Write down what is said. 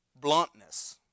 bluntness